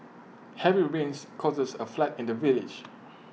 heavy rains causes A flood in the village